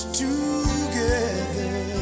together